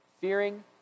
fearing